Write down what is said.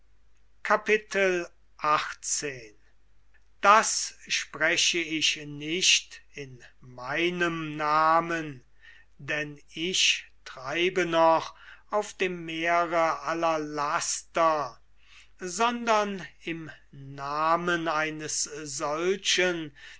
x das spreche ich nicht in meinem namen denn ich treibe auf dem meere aller laster sondern im namen eines solchen